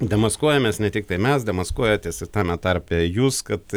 demaskuojamės ne tiktai mes demaskuojatės tame tarpe jūs kad